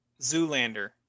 Zoolander